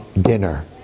dinner